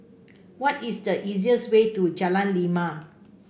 what is the easiest way to Jalan Lima